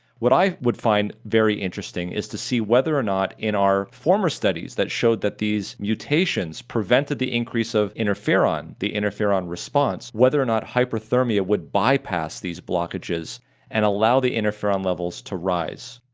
what i would find very interesting is to see whether or not in our former studies that showed that these mutations prevented the increase of interferon, the interferon response, whether or not hyperthermia would bypass these blockages and allow the interferon levels to rise,